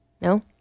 No